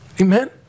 Amen